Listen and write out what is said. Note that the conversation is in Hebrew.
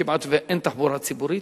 כמעט אין תחבורה ציבורית,